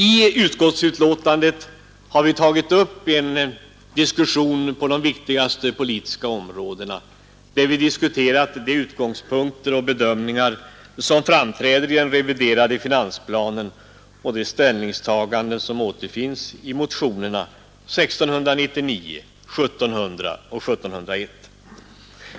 I utskottsbetänkandet har vi tagit upp en diskussion på de viktigaste politiska områdena. Vi har diskuterat de utgångspunkter och bedömningar som framträder i den reviderade finansplanen och de ställningstaganden som återfinns i motionerna 1699, 1700 och 1701.